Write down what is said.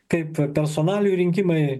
kaip personalijų rinkimai